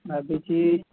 ଭାବିଛି